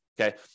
Okay